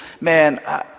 man